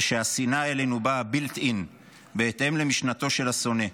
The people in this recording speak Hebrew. ושהשנאה אלינו באה built-in בהתאם למשנתו של השונא.